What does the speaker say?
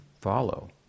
follow